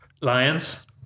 Lions